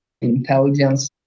intelligence